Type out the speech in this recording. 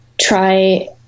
try